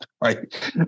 right